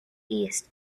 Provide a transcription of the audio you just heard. east